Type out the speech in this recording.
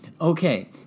Okay